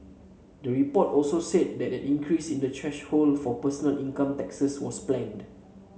the report also said that an increase in the thresholds for personal income taxes was planned